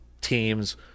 teams